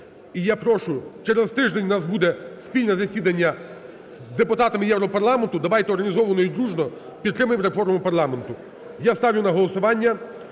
І я прошу, через тиждень у нас буде спільне засідання з депутатами Європарламенту, давайте організовано і дружно підтримаємо реформу парламенту. Я ставлю на голосування